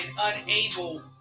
unable